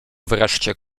wreszcie